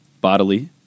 bodily